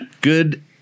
good